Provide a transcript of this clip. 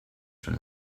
schon